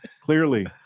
Clearly